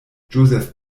joseph